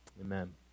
Amen